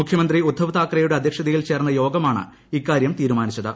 മുഖ്യമന്ത്രി ഉദ്ദവ് താക്കറെയുടെ അധ്യക്ഷതയിൽ ചേർന്ന യോഗമാണ് ഇക്കാര്യം തീരുമാനിച്ചത്